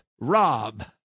Rob